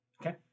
Okay